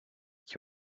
qui